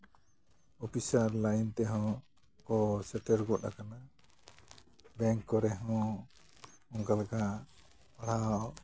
ᱚᱯᱤᱥᱟᱨ line ᱛᱮᱦᱚᱸ ᱠᱚ ᱥᱮᱴᱮᱨ ᱜᱚᱫ ᱟᱠᱟᱱᱟ ᱵᱮᱝᱠ ᱠᱚᱨᱮ ᱦᱚᱸ ᱚᱱᱠᱟ ᱞᱮᱠᱟ ᱯᱟᱲᱦᱟᱣ